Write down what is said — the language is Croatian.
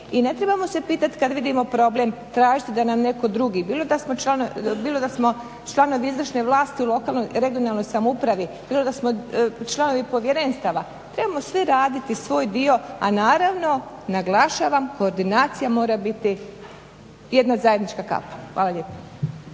i ne trebamo se pitat kad vidimo problem, tražiti da nam netko drugi, bilo da smo članovi izvršne vlasti u lokalnoj regionalnoj samoupravi, bilo da smo članovi povjerenstava, trebamo svi raditi svoj dio, a naravno naglašavam koordinacija mora biti jedna zajednička kapa. Hvala lijepo.